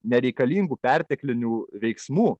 nereikalingų perteklinių veiksmų